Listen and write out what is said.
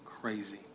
crazy